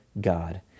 God